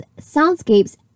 soundscapes